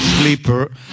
sleeper